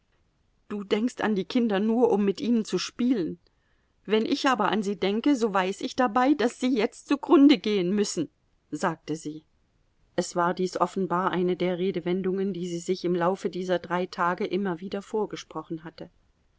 du denkst an die kinder nur um mit ihnen zu spielen wenn ich aber an sie denke so weiß ich dabei daß sie jetzt zugrunde gehen müssen sagte sie es war dies offenbar eine der redewendungen die sie sich im laufe dieser drei tage immer wieder vorgesprochen hatte